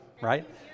right